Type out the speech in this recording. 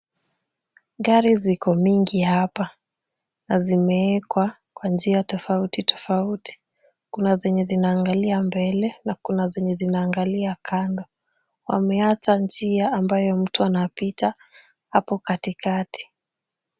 Gari ziko mingi hapa na zimewekwa kwa njia tofauti tofauti. Kuna zenye zinaangalia mbele na kuna zenye zinaangalia kando. Wameacha njia ambayo mtu anapita hapo katikati.